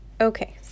Okay